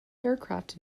aircraft